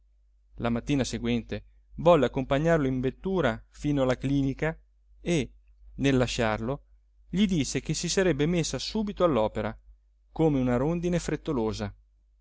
la mattina seguente volle accompagnarlo in vettura fino alla clinica e nel lasciarlo gli disse che si sarebbe messa subito subito all'opera come una rondine frettolosa